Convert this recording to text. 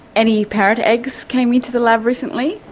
any parrot eggs came into the lab recently?